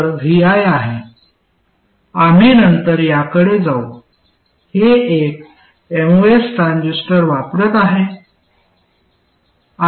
आम्ही नंतर याकडे जाऊ हे एक एमओएस ट्रान्झिस्टर वापरत आहे